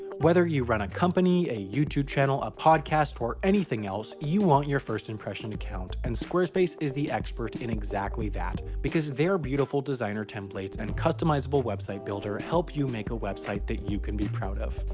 whether you run a company, a youtube channel, a podcast, or anything else, you want your first impression to count and squarespace is the expert in exactly that because their beautiful designer templates and customizable website builder help you make a website that you can be proud of.